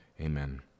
Amen